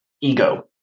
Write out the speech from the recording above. ego